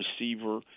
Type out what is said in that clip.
receiver